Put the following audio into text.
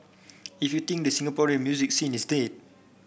if you think the Singaporean music scene is dead